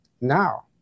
now